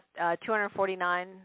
249